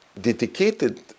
dedicated